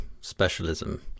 specialism